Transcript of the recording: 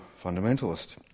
fundamentalist